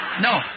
No